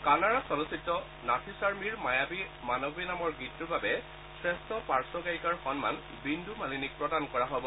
কানাড়া চলচ্চিত্ৰ নাথীচাৰমীৰ মায়াবী মানাৱে নামৰ গীতটোৰ বাবে শ্ৰেষ্ঠ পাৰ্খ গায়িকাৰ সন্মান বিন্ধু মালিনীক প্ৰদান কৰা হ'ব